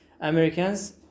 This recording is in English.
Americans